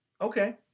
okay